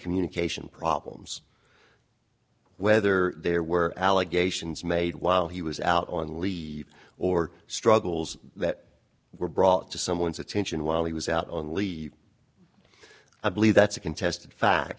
communication problems whether there were allegations made while he was out on leave or struggles that were brought to someone's attention while he was out on leave i believe that's a contest